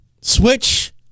switch